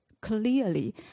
clearly